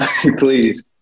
please